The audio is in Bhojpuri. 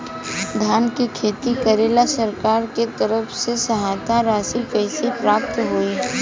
धान के खेती करेला सरकार के तरफ से सहायता राशि कइसे प्राप्त होइ?